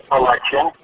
election